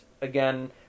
again